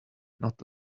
not